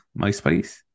MySpace